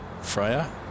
Freya